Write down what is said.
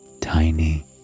Tiny